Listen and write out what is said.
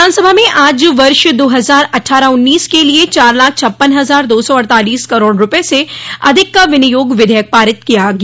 विधानसभा में आज वर्ष दो हजार अट्ठारह उन्नीस के लिए चार लाख छप्पन हजार दो सौ अड़तालीस करोड़ रूपये से अधिक का विनियोग विधेयक पारित कर दिया गया